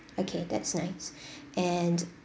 okay that's nice and